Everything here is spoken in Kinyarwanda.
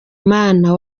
mana